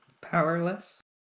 Powerless